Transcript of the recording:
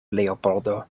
leopoldo